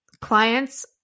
clients